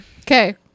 Okay